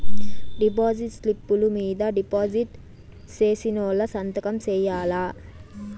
deposit స్లిప్పులు మీద deposit సేసినోళ్లు సంతకం సేయాల్ల